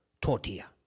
tortilla